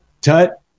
Tut